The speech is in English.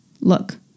look